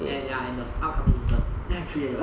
and ya and the upcoming later then I have three already ah